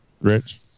Rich